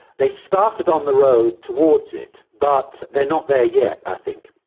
they've started on the road towards it, but they're not there yet, i think.